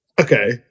Okay